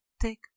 take